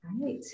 right